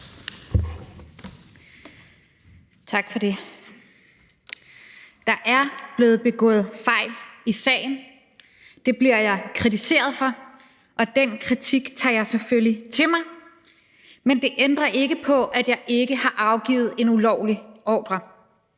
Tak for det. »Der er blevet begået fejl i sagen, det bliver jeg kritiseret for, og den kritik tager jeg selvfølgelig til mig. Men det ændrer ikke på, at jeg ikke har afgivet en ulovlig ordre.«